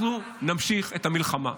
אנחנו נמשיך את המלחמה.